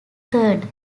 third